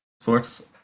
Sports